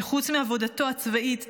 שחוץ מעבודתו הצבאית,